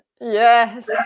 Yes